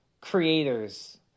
creators